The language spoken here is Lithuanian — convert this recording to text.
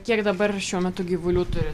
kiek dabar šiuo metu gyvulių turit